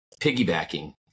piggybacking